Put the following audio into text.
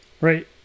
Right